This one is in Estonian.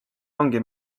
ongi